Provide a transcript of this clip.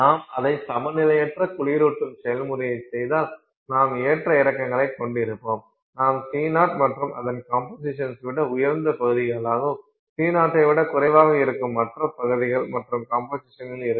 நாம் அதைச் சமநிலையற்ற குளிரூட்டும் செயல்முறையைச் செய்தால் நாம் ஏற்ற இறக்கங்களைக் கொண்டிருப்போம் நாம் C0 மற்றும் அதன் கம்போசிஷன் விட உயர்ந்த பகுதிகளாகவும் C0 ஐ விட குறைவாக இருக்கும் மற்ற பகுதிகள் மற்றும் கம்போசிஷன் இருக்கும்